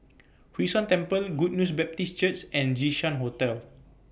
Hwee San Temple Good News Baptist Church and Jinshan Hotel